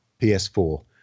PS4